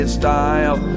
style